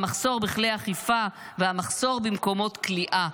המחסור בכלי האכיפה והמחסור במקומות כליאה,